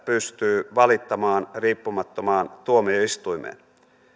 pystyy valittamaan riippumattomaan tuomioistuimeen